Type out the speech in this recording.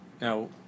Now